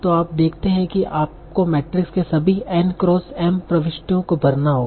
तो आप देखते हैं कि आपको मैट्रिक्स के सभी N क्रॉस M प्रविष्टियों को भरना होगा